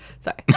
sorry